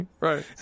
right